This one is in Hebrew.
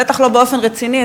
בטח לא באופן רציני,